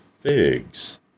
figs